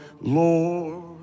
Lord